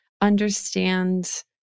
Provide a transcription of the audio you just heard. understand